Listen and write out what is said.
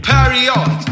Period